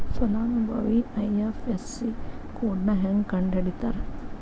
ಫಲಾನುಭವಿ ಐ.ಎಫ್.ಎಸ್.ಸಿ ಕೋಡ್ನಾ ಹೆಂಗ ಕಂಡಹಿಡಿತಾರಾ